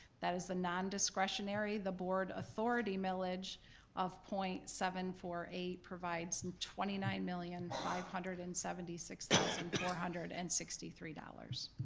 that is the nondiscretionary, the board authority millage of point seven four eight provides and twenty nine million five hundred and seventy six thousand four hundred and sixty three point